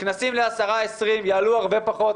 כנסים ל-10 20 יעלו הרבה פחות.